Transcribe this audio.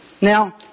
Now